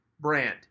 brand